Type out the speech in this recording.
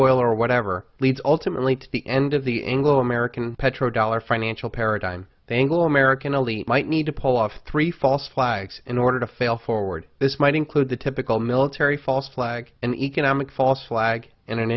oil or whatever leads ultimately to the end of the anglo american petrodollar financial paradigm bangle american only might need to pull off three false flags in order to fail forward this might include the typical military false flag an economic false flag in an